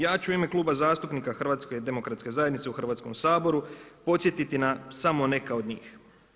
Ja ću u ime Kluba zastupnika Hrvatske demokratske zajednice u Hrvatskom saboru podsjetiti na samo neka od njih.